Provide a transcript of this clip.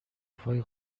وفای